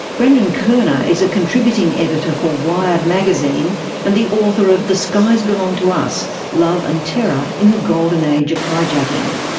brendan koerner is a contributing editor for wired magazine and the author of the skies belong to us love and terror in the golden age of hijacking.